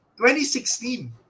2016